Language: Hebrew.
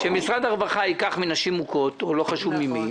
שמשרד הרווחה ייקח מנשים מוכות, או לא חשוב ממי,